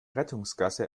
rettungsgasse